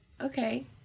Okay